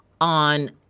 on